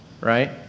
right